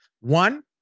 One